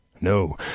No